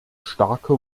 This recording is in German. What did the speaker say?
starke